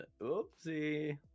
Oopsie